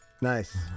Nice